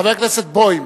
חבר הכנסת בוים,